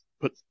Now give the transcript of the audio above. put